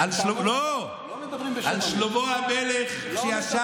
לא מדברים בשם המת.